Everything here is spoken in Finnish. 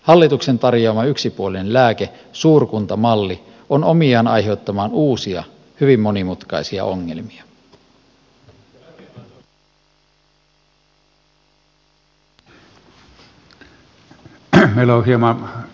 hallituksen tarjoama yksipuolinen lääke suurkuntamalli on omiaan aiheuttamaan uusia hyvin monimutkaisia ongelmia